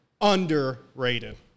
underrated